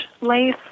lace